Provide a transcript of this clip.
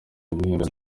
n’ibihembo